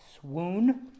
swoon